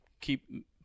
keep